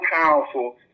powerful